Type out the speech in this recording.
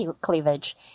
cleavage